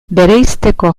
bereizteko